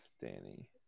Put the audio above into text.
Danny